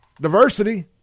diversity